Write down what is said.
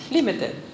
Limited